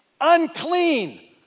unclean